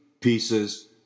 pieces